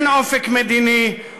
אין אופק מדיני,